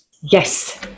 Yes